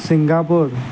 Singapore